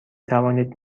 توانید